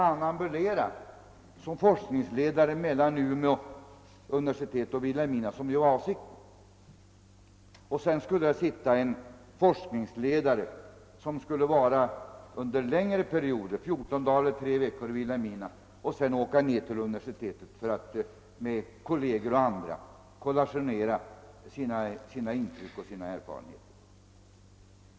Vi får ingen som kan ambulera mellan Umeå och Vilhelmina, vilket ju var avsikten. Det borde finnas en forskningsledare, som under längre perioder — fjorton dagar eller tre veckor — kunde vara i Vilhelmina för att sedan åka ned till universitetet i Umeå och där med kolleger och andra kollationera sina intryck och erfarenheter.